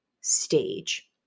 stage